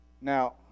Now